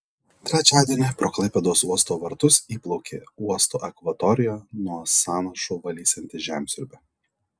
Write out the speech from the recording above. trečiadienį pro klaipėdos uosto vartus įplaukė uosto akvatoriją nuo sąnašų valysianti žemsiurbė